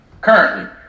currently